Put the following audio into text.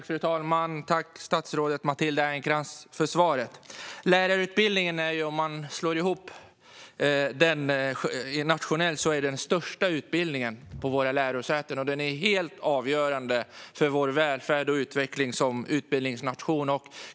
Fru talman! Tack, statsrådet Matilda Ernkrans, för svaret! Lärarutbildningen är, om man slår ihop den nationellt, den största utbildningen på våra lärosäten. Den är helt avgörande för vår välfärd och utveckling som utbildningsnation.